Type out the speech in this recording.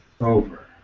over